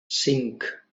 cinc